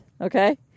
Okay